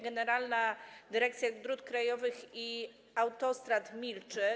Generalna Dyrekcja Dróg Krajowych i Autostrad milczy.